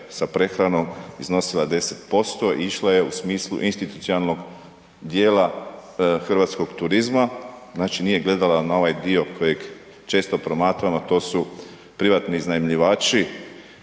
sa prehranom, iznosila je 10% i išla je u smislu institucionalnog dijela hrvatskog turizma. Znači nije gledala na ovaj dio kojeg često promatramo, a to su privatni iznajmljivači